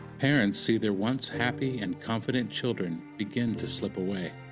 parents see their once happy and confident children begin to slip away.